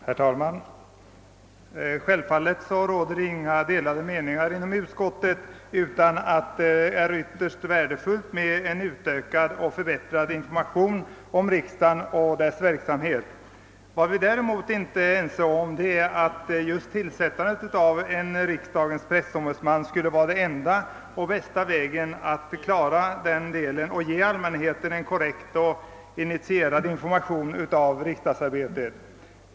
Herr talman! Självfallet råder det inga delade meningar inom utskottet om att det är ytterst värdefullt med en ökad och förbättrad information om riksdagen och dess verksamhet. Vad vi däremot inte är ense om är att just tillsättandet av en riksdagens pressom budsman skulle vara den bästa vägen att klara problemet att ge allmänheten en korrekt och initierad version av riksdagsarbetet.